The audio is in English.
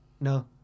No